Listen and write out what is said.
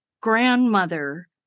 grandmother